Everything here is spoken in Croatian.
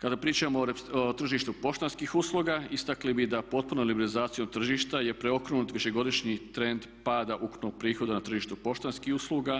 Kada pričamo o tržištu poštanskih usluga istakli bi da potpunom liberalizacijom tržišta je preokrenut višegodišnji trend pada ukupnog prihoda na tržištu poštanskih usluga